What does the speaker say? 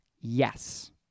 Yes